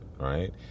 right